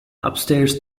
upstairs